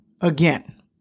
again